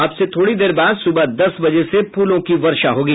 अब से थोड़ी देर बाद सुबह दस बजे से फूलों की वर्षा होगी